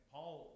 Paul